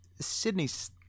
sydney's